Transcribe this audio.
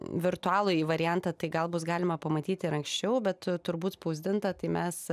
virtualųjį variantą tai gal bus galima pamatyti ir anksčiau bet turbūt spausdinta tai mes